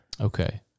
Okay